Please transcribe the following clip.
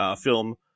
film